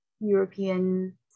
European